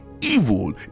evil